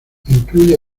incluye